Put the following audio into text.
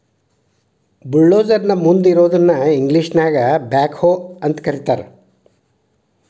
bulldozer ನ ಮುಂದ್ ಇರೋದನ್ನ ಇಂಗ್ಲೇಷನ್ಯಾಗ ಬ್ಯಾಕ್ಹೊ ಅಂತ ಕರಿತಾರ್